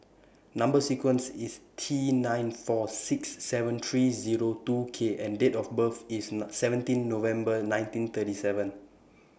Number sequence IS T nine four six seven three Zero two K and Date of birth IS seventeen November nineteen thirty seven